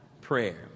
prayer